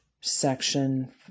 section